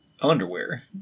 underwear